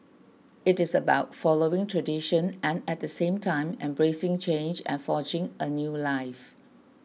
it is about following tradition and at the same time embracing change and forging a new life